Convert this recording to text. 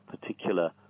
particular